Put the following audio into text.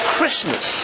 Christmas